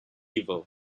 evil